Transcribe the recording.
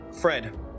Fred